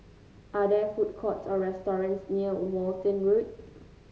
are there food courts or restaurants near Walton Road